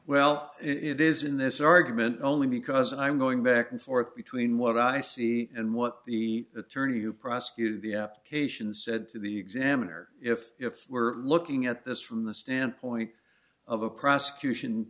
well it is in this argument only because i'm going back and forth between what i see and what the attorney who prosecuted the application said to the examiner if if we're looking at this from the standpoint of a prosecution